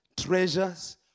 treasures